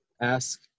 ask